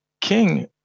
King